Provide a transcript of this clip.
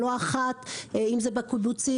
אם זה בקיבוצים,